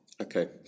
Okay